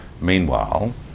meanwhile